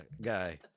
guy